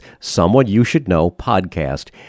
someoneyoushouldknowpodcast